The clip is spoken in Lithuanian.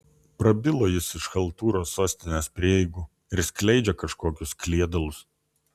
prabilo jis iš chaltūros sostinės prieigų ir skleidžia kažkokius kliedalus